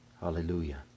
Hallelujah